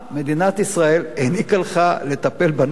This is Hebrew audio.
מדינת ישראל העניקה לך את הטיפול בנכס